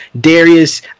Darius